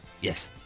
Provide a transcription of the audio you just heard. Yes